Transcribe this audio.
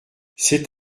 c’est